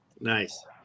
Nice